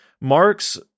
Marx